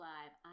Live